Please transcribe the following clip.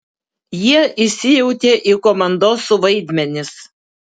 jie įsijautė į komandosų vaidmenis